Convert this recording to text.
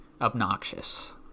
obnoxious